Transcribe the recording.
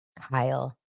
Kyle